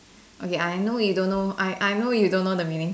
okay I know you don't know I I know you don't know the meaning